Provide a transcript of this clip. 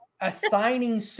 Assigning